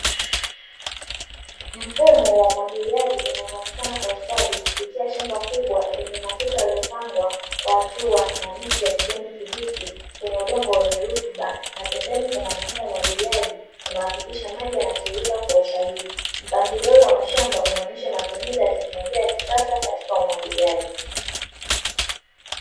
Mfumo wa umwagiliaji unavyoonekana kwa ustadi kupitia shamba kubwa lenye matuta yaliyopangwa kwa hatua na miche ya kijani kibichi kwenye udongo wenye rutuba, na pembeni kuna mfumo wa umwagiliaji, una hakikisha maji yanatiririka kwa usahihi. Mpangilio huu wa mashamba unaonyesha matumizi ya teknolojia ya kisasa katika umwagiliaji.